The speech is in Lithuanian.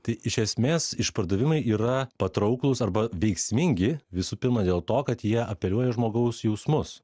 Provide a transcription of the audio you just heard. tai iš esmės išpardavimai yra patrauklūs arba veiksmingi visų pirma dėl to kad jie apeliuoja į žmogaus jausmus